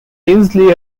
tinsley